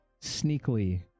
sneakily